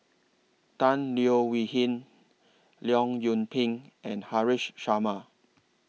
Tan Leo Wee Hin Leong Yoon Pin and Haresh Sharma